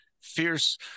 fierce